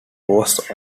was